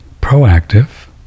proactive